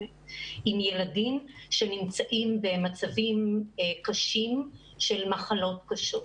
ילדים שנמצאים במצבים קשים של מחלות קשות.